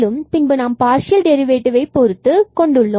மேலும் பின்பு நாம் பார்சியல் டெரிவேட்டிவ்வையை y பொருத்து கொண்டுள்ளோம்